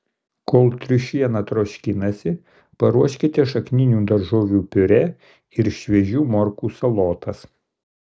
kol triušiena troškinasi paruoškite šakninių daržovių piurė ir šviežių morkų salotas